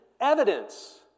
evidence